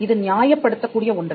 இது நியாயப்படுத்தக் கூடிய ஒன்று